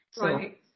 Right